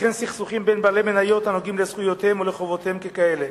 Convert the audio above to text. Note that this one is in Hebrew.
וכן סכסוכים בין בעלי מניות הנוגעים לזכויותיהם או לחובותיהם ככאלה.